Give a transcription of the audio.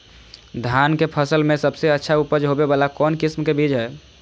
धान के फसल में सबसे अच्छा उपज होबे वाला कौन किस्म के बीज हय?